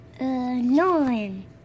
Nine